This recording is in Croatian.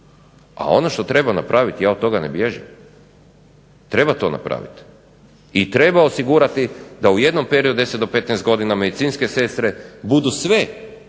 a ono što treba napraviti ja od toga ne bježim, treba to napraviti. I treba osigurati da u jednom periodu 10 do 15 godina medicinske sestre budu sve